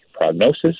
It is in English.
prognosis